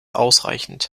ausreichend